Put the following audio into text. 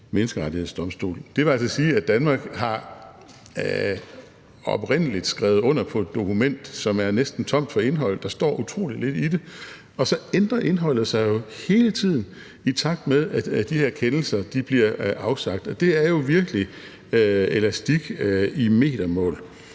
Menneskerettighedsdomstol. Det vil altså sige, at Danmark oprindelig har skrevet under på et dokument, som er næsten tomt for indhold, der står utrolig lidt i det, og så ændrer indholdet sig jo hele tiden, i takt med at de her kendelser bliver afsagt, og det er jo virkelig elastik i metermål.